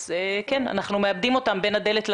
אז כן, אנחנו מאבדים אותם בין הדלת לדלת.